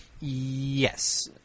Yes